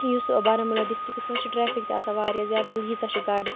یُس بارہمولہ ڈِسٹِرٛکَس منٛز چھِ ٹرٛیفِک تہِ آسان واریاہ زیادٕ مطلب ییٖژاہ چھِ گاڑِ